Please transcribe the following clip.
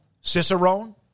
Cicerone